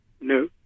No